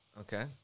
Okay